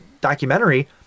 documentary